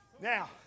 Now